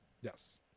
Yes